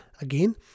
again